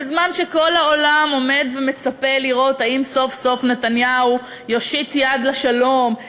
בזמן שכל העולם עומד ומצפה לראות האם סוף-סוף נתניהו יושיט יד לשלום,